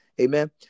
Amen